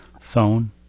phone